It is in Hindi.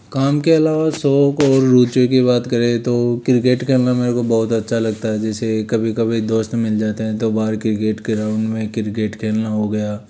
काम के अलावा शौक और रूचि की बात करें तो क्रिकेट खेलना मेरे को बहुत अच्छा लगता है जैसे कभी कभी कोई दोस्त मिल जाते हैं तो बाहर क्रिकेट ग्राउन्ड में क्रीकेट खेलना हो गया